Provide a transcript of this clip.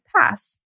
pass